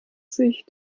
sich